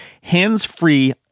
hands-free